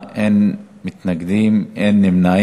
בעד, 8, אין מתנגדים, אין נמנעים.